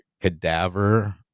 cadaver